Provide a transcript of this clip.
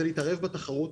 זה להתערב בתחרות,